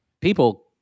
people